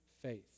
faith